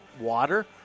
water